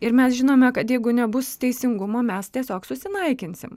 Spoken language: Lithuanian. ir mes žinome kad jeigu nebus teisingumo mes tiesiog susinaikinsim